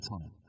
time